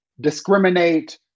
discriminate